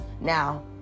Now